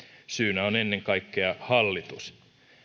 syynä on ennen kaikkea hallitus